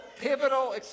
pivotal